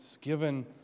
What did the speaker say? given